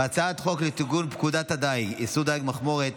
בהצעת חוק לתיקון פקודת הדיג (איסור דיג מכמורת)